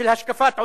על השקפת עולם?